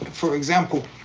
for example,